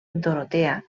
dorotea